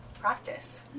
practice